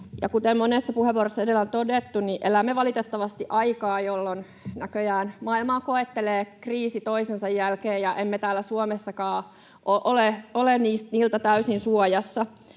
Kuten monessa puheenvuorossa edellä on todettu, elämme valitettavasti aikaa, jolloin näköjään maailmaa koettelee kriisi toisensa jälkeen, ja emme täällä Suomessakaan ole näiltä täysin suojassa.